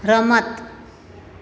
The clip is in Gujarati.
રમત